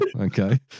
Okay